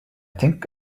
think